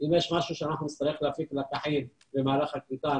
אם יש משהו שנצטרך להפיק לקחים במהלך הקליטה,